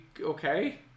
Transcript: Okay